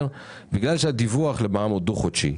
בגלל שהדיווח למע"מ הוא דו-חודשי,